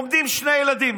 עומדים שני ילדים,